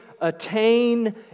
attain